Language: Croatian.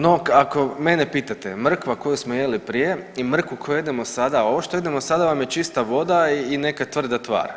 No, ako mene pitate mrkva koju smo jeli prije i mrkvu koju jedemo sada, ovo što jedemo sada vam je čista voda i neka tvrda tvar.